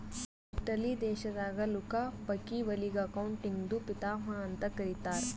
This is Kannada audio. ಇಟಲಿ ದೇಶದಾಗ್ ಲುಕಾ ಪಕಿಒಲಿಗ ಅಕೌಂಟಿಂಗ್ದು ಪಿತಾಮಹಾ ಅಂತ್ ಕರಿತ್ತಾರ್